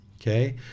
okay